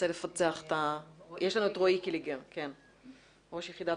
רואי קליגר, ראש יחידת